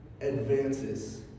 advances